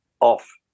off